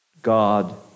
God